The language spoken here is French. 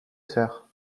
sœurs